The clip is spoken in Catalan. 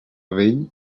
vell